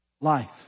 life